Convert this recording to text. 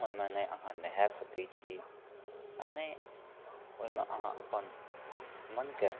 ओहिमे ने अहाँ नहाए सकैत छी आ नहि ओहिमे अहाँ अपन मोनकेँ